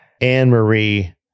Anne-Marie